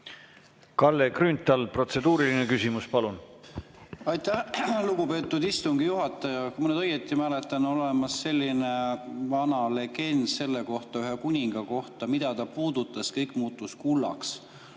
Kalle Grünthal, protseduuriline küsimus, palun! Aitäh, lugupeetud istungi juhataja! Kui ma nüüd õieti mäletan, on olemas selline vana legend ühe kuninga kohta, et kõik, mida ta puudutas, muutus kullaks.